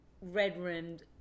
red-rimmed